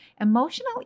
emotional